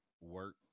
work